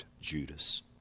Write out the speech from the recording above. Judas